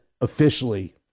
officially